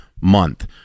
month